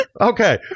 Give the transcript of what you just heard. Okay